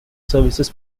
services